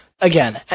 Again